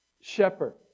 Shepherd